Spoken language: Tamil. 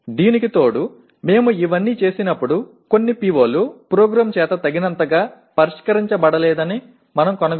இது தவிர இவை அனைத்தையும் நாம் செய்யும்போது சில POக்கள் நிரலால் போதுமான அளவில் கவனிக்கப்படவில்லை என்பதைக் காணலாம்